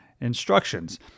instructions